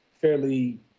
fairly